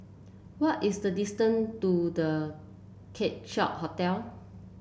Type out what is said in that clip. what is the distance to The Keong Saik Hotel